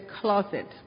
closet